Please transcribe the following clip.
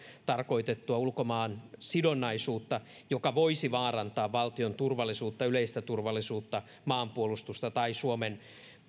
tarkoitettua ulkomaansidonnaisuutta joka voisi vaarantaa valtion turvallisuutta yleistä turvallisuutta maanpuolustusta tai suomen